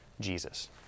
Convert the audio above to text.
Jesus